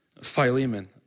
Philemon